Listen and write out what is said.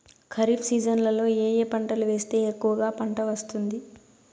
ఖరీఫ్ సీజన్లలో ఏ ఏ పంటలు వేస్తే ఎక్కువగా పంట వస్తుంది?